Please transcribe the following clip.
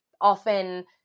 often